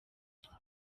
iminsi